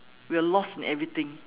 we are lost in everything